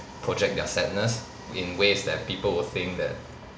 project their sadness in ways that people will think that